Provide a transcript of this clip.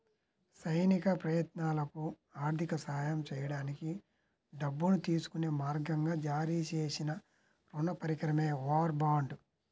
సైనిక ప్రయత్నాలకు ఆర్థిక సహాయం చేయడానికి డబ్బును తీసుకునే మార్గంగా జారీ చేసిన రుణ పరికరమే వార్ బాండ్